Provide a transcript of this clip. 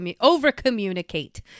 over-communicate